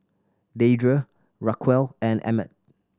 Deirdre Raquel and Emmet